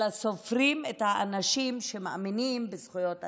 אלא סופרים את האנשים שמאמינים בזכויות אדם,